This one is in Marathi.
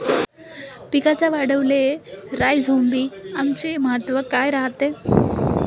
पिकाच्या वाढीले राईझोबीआमचे महत्व काय रायते?